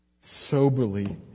Soberly